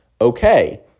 okay